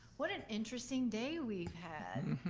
what an interesting day we've had.